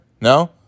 No